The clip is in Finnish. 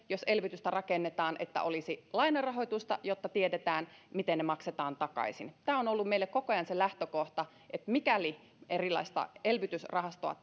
jos elvytystä rakennetaan ensisijaista olisi että se olisi lainarahoitusta jotta tiedetään miten se maksetaan takaisin tämä on ollut meille koko ajan se lähtökohta että mikäli elvytysrahastoa